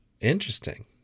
Interesting